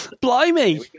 Blimey